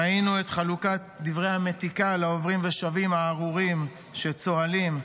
ראינו את חלוקת דברי המתיקה לעוברים ושבים הארורים שצוהלים,